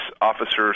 officers